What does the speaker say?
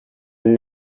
and